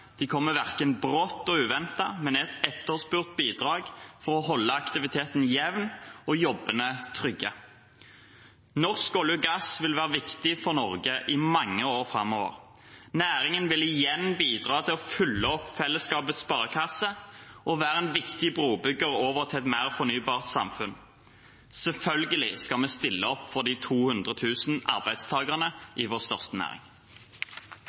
De kommer verken brått eller uventet, men er et etterspurt bidrag for å holde aktiviteten jevn og jobbene trygge. Norsk olje og gass vil være viktig for Norge i mange år framover. Næringen vil igjen bidra til å fylle opp fellesskapets sparekasse og være en viktig brobygger over til et mer fornybart samfunn. Selvfølgelig skal vi stille opp for de 200 000 arbeidstakerne i vår største næring.